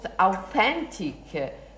authentic